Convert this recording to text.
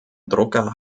drucker